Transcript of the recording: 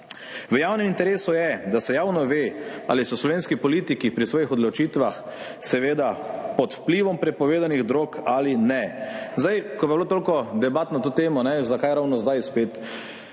V javnem interesu je, da se javno ve, ali so slovenski politiki pri svojih odločitvah pod vplivom prepovedanih drog ali ne. Ker pa je bilo toliko debat na to temo, zakaj ravno spet